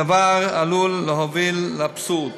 הדבר עלול להוביל לאבסורד,